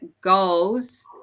goals